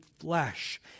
flesh